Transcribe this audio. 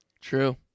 true